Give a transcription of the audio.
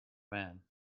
man